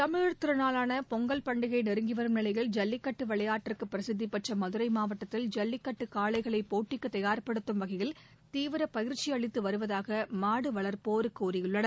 தமிழ் திருநாளான பொங்கல் பண்டிகை நெருங்கி வரும் நிலையில் ஜல்லிக்கட்டு விளையாட்டுக்கு பிரசித்திபெற்ற மதுரை மாவட்டத்தில் ஜல்லிக்கட்டு காளைகளை போட்டிக்குத் தயா்படுத்தும் வகையில் தீவிர பயிற்சி அளித்து வருவதாக மாடு வளர்ப்போர் கூறியுள்ளனர்